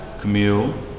Camille